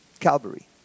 Calvary